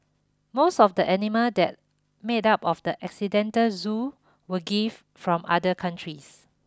most of the animal that made up of the accidental zoo were gift from other countries